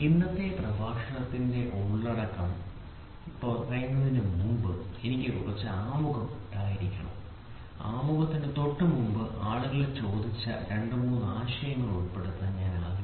ഇന്നത്തെ പ്രഭാഷണത്തിന്റെ ഉള്ളടക്കം പറയുന്നതിന് മുൻപ് എനിക്ക് കുറച്ച് ആമുഖം ഉണ്ടായിരിക്കും ആമുഖത്തിന് തൊട്ടുമുമ്പ് ആളുകൾ ചോദ്യങ്ങൾ ചോദിച്ച രണ്ട് മൂന്ന് ആശയങ്ങൾ ഉൾപ്പെടുത്താൻ ഞാൻ ആഗ്രഹിക്കുന്നു